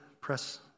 press